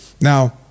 Now